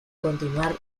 continuar